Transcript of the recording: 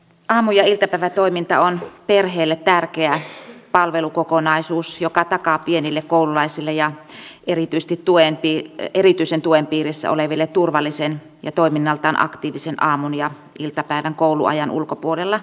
aamu ja iltapäivätoiminta on perheelle tärkeä palvelukokonaisuus joka takaa pienille koululaisille ja erityisen tuen piirissä oleville turvallisen ja toiminnaltaan aktiivisen aamun ja iltapäivän kouluajan ulkopuolella